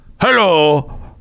Hello